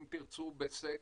אם תרצו, בסגר.